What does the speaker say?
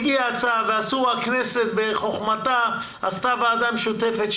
הגיעה הצעה, והכנסת בחוכמתה הקימה ועדה משותפת.